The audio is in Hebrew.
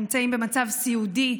נמצאים במצב סיעודי.